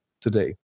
today